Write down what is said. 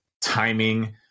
timing